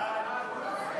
ההצעה